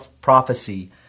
prophecy